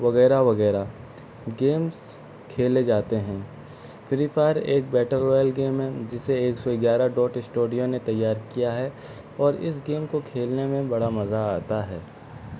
وغیرہ وغیرہ گیمس کھیلے جاتے ہیں فری فائر ایک بیٹر ویل گیم ہے جسے ایک سو گیارہ ڈاٹ اسٹوڈیو نے تیار کیا ہے اور اس گیم کو کھیلنے میں بڑا مزہ آتا ہے